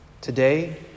today